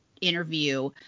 interview